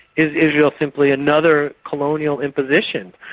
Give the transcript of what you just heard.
is israel simply another colonial imposition?